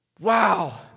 Wow